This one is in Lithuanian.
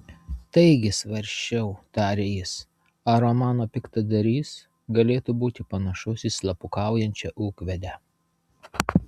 taigi svarsčiau tarė jis ar romano piktadarys galėtų būti panašus į slapukaujančią ūkvedę